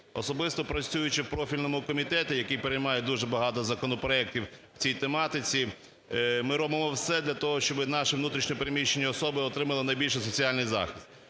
Особисто працюючи в профільному комітеті, який приймає дуже багато законопроектів в цій тематиці, ми робимо все для того, щоби наші внутрішньо переміщені особи отримали найбільший соціальний захист.